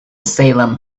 salem